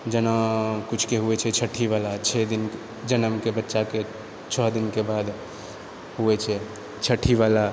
जेना किछुके होइत छै छठिवला छओ दिन जन्मके बच्चाके छओ दिनके बाद होइत छै छठिवला